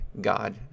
god